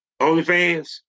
OnlyFans